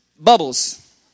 bubbles